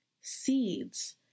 Seeds